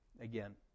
again